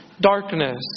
darkness